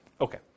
Okay